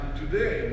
today